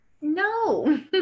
No